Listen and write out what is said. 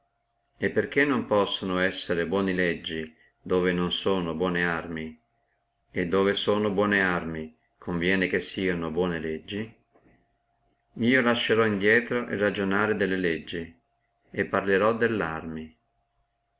e perché non può essere buone legge dove non sono buone arme e dove sono buone arme conviene sieno buone legge io lascerò indrieto el ragionare delle legge e parlerò delle arme